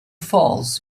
falls